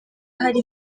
hari